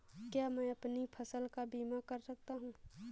क्या मैं अपनी फसल का बीमा कर सकता हूँ?